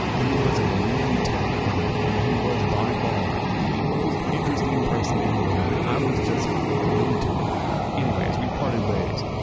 he was a marine lieutenant colonel, and he was by far the most interesting person in the room. i was just glued to him anyways, we parted ways.